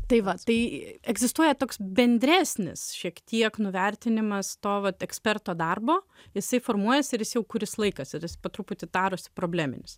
tai va tai egzistuoja toks bendresnis šiek tiek nuvertinimas to vat eksperto darbo jisai formuojasi ir jis jau kuris laikas ir jis po truputį darosi probleminis